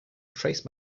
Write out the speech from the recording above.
trace